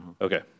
Okay